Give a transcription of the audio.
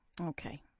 Okay